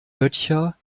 böttcher